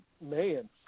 man